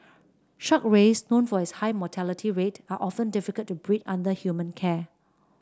shark rays known for its high mortality rate are often difficult to breed under human care